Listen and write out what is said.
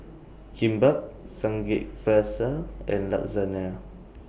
Kimbap Samgyeopsal and Lasagna